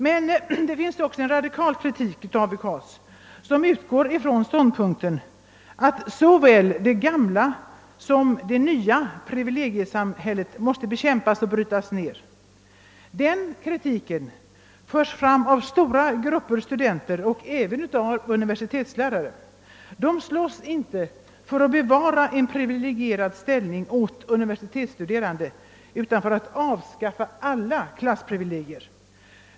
Men det finns också en radikal kritik av UKAS som utgår från ståndpunkten att såväl det gamla som det nya privilegiesamhället måste bekämpas och brytas ned. Den kritiken förs fram av stora grupper studenter och även av universitetslärare. De slåss inte för att bevara en privilegierad ställning åt universitetsstuderande utan för att avskaffa alla klassprivilegier.